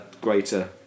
greater